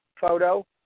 photo